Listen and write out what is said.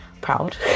proud